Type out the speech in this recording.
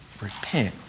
repent